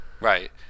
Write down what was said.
Right